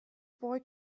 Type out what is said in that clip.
boy